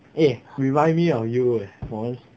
eh remind me of you eh 我们